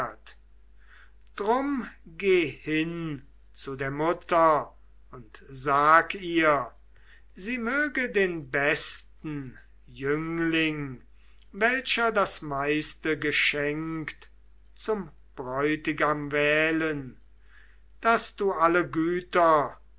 drum geh hin zu der mutter und sag ihr sie möge den besten jüngling welcher das meiste geschenkt zum bräutigam wählen daß du alle güter